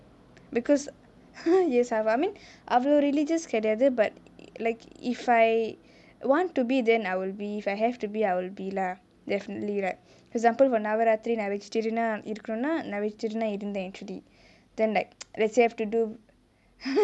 because yes half half I mean அவலோ:avalo religious கெடையாது:kedaiyaathu but like if I want to be then I will be if I have to be I'll be lah definitely right example for Navaratri நா:navaraathiri naa vegetarian னா இருக்குனுனா நா:naa irukanunaa naa vegetarian னா இருந்த:na irunthaa actually then like let's say I've to do